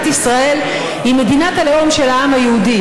ישראל היא מדינת הלאום של העם היהודי.